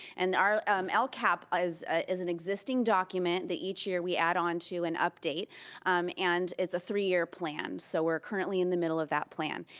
and our um ah lcap is ah is an existing document that each year we add on to and update and is a three year plan, so we're currently in the middle of that plan.